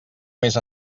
més